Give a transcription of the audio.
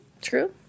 True